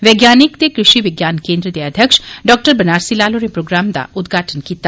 वैज्ञानिक ते कृषि विाान केन्द्र दे अध्यक्ष डॉ बनारसी लाल होरें प्रोग्राम दा उद्घाटन कीता